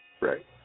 Right